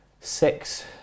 six